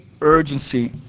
urgency